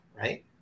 right